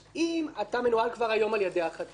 אם אתה מנוהל כבר היום על-ידי החטיבה,